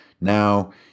Now